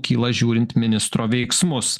kyla žiūrint ministro veiksmus